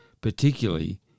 particularly